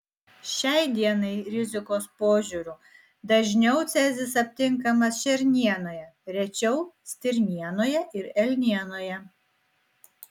šiai dienai rizikos požiūriu dažniau cezis aptinkamas šernienoje rečiau stirnienoje ir elnienoje